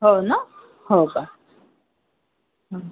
हो ना हो का हं